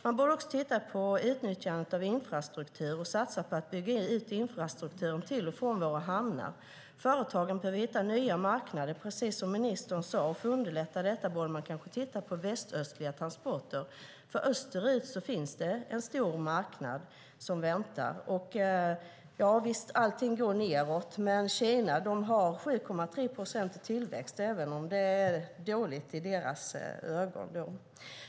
Man borde också titta på utnyttjandet av infrastruktur och satsa på att bygga ut den till och från våra hamnar. Företagen behöver hitta nya marknader, precis som ministern sade. För att underlätta borde man kanske titta på väst-östliga transporter. Österut finns en stor marknad som väntar. Allt går nedåt, men Kina har 7,3 procents tillväxt - även om den siffran är dålig i deras ögon.